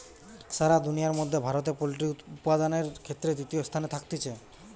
সারা দুনিয়ার মধ্যে ভারতে পোল্ট্রি উপাদানের ক্ষেত্রে তৃতীয় স্থানে থাকতিছে